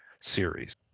series